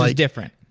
like different.